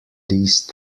these